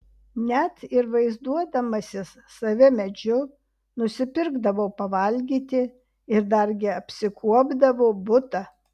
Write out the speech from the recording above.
net ir vaizduodamasis save medžiu nusipirkdavo pavalgyti ir dargi apsikuopdavo butą